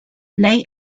lay